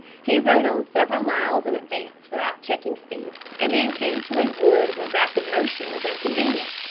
he rode on several miles in advance without checking speed, and then came to a wood where rapid motion was inconvenient,